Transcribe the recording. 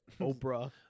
Oprah